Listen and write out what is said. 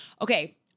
okay